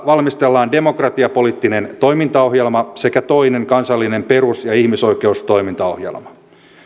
valmistellaan demokratiapoliittinen toimintaohjelma sekä toinen kansallinen perus ja ihmisoikeustoimintaohjelma